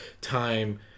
time